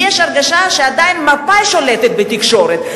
לי הרגשה שעדיין מפא"י שולטת בתקשורת,